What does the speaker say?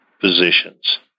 positions